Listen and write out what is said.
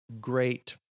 great